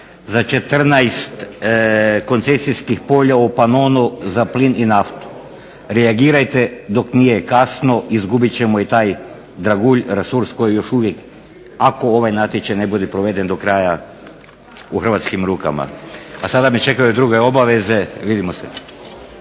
za 14 koncesijskih polja u panonu za plin i naftu? Reagirajte dok nije kasno, izgubit ćemo i taj dragulj, resurs koji još uvijek ako ovaj natječaj ne bude proveden do kraja u hrvatskim rukama. A sada me čekaju druge obaveze, vidimo se.